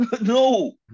No